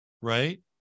right